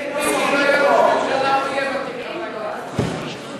ראש הממשלה הכי ותיק, אוקיי.